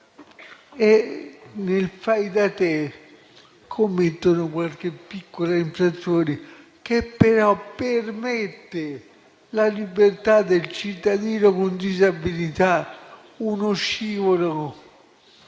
nel fai da te commettono qualche piccola infrazione che però permette la libertà del cittadino con disabilità. Uno scivolo